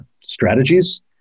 strategies